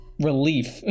Relief